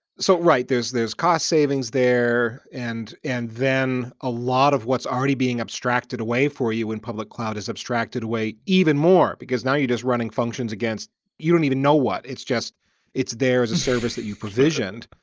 so right, there's there's cost savings there and and then a lot of what's already being abstracted away for you in public cloud is abstracted away even more, because now you're just running functions against you don't even know what. it's just it's there as the servers that you provisioned.